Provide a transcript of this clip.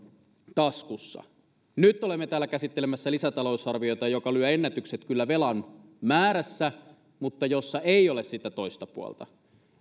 taskussa nyt olemme täällä käsittelemässä lisätalousarviota joka lyö ennätykset kyllä velan määrässä mutta jossa ei ole sitä toista puolta